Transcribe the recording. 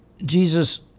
Jesus